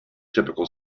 typical